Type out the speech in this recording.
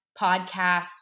podcast